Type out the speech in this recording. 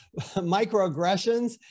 microaggressions